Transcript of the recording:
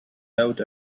out